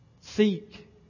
seek